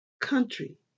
Country